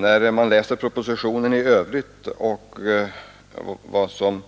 När jag läser propositionen i övrigt och ser vad